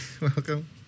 Welcome